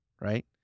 Right